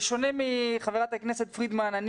בשונה מחברת הכנסת פרידמן,